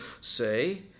say